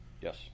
Yes